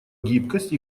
гибкость